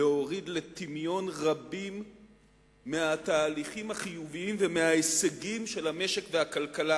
להוריד לטמיון רבים מהתהליכים החיוביים ומההישגים של המשק והכלכלה